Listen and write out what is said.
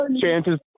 Chances